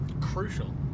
crucial